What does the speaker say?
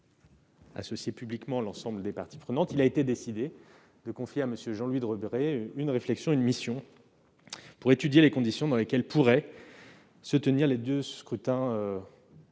associer publiquement l'ensemble des parties prenantes, il a été décidé de confier à M. Jean-Louis Debré une mission pour étudier les conditions dans lesquelles pourraient se tenir les scrutins